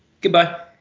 Goodbye